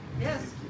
Yes